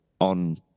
on